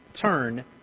turn